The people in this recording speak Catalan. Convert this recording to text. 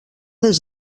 des